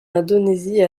indonésie